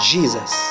Jesus